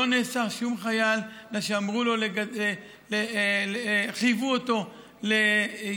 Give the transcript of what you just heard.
לא נאסר שום חייל בגלל שחייבו אותו להתגלח.